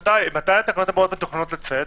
מתי התקנות הבאות מתוכננות לצאת?